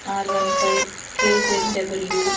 R one five K Z W